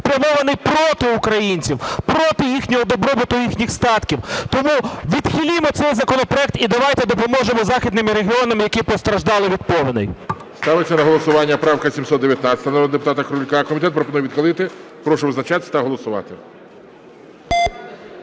спрямований проти українців, проти їхнього добробуту, їхніх статків. Тому відхилімо цей законопроект і давайте допоможемо західним регіонам, які постраждали від повеней. ГОЛОВУЮЧИЙ. Ставиться на голосування правка 719 народного депутата Крулька, комітет пропонує відхилити. Прошу визначатися та голосувати.